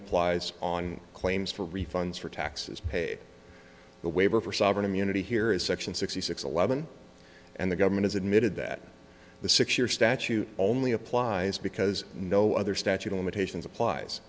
applies on claims for refunds for taxes paid the waiver for sovereign immunity here is section sixty six eleven and the government is admitted that the six year statute only applies because no other statute of limitations applies